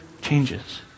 changes